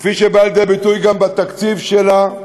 כפי שבא לידי ביטוי גם בתקציב שלה,